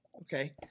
Okay